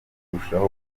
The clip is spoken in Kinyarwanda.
rurushaho